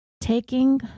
taking